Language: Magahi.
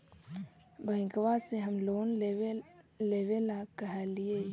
बैंकवा से हम लोन लेवेल कहलिऐ?